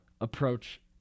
approach